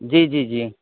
جی جی جی